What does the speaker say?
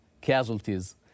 casualties